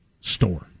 Store